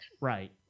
Right